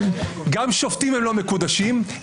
גם שופטים לא מקודשים,